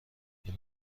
این